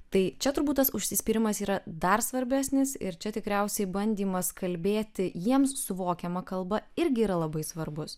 tai čia turbūt tas užsispyrimas yra dar svarbesnis ir čia tikriausiai bandymas kalbėti jiems suvokiama kalba irgi yra labai svarbus